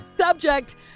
Subject